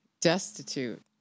destitute